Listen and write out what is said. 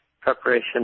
preparation